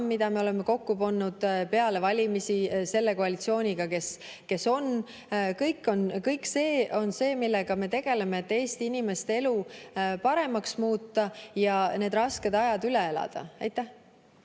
mille me oleme kokku pannud peale valimisi selle koalitsiooniga, kes on. Kõik see on see, millega me tegeleme, et Eesti inimeste elu paremaks muuta ja need rasked ajad üle elada. Aitäh!